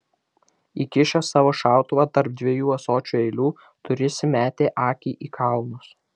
įkišęs savo šautuvą tarp dviejų ąsočių eilių turisi metė akį į kalnus